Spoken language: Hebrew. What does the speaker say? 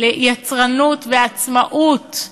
יצרנות ועצמאות,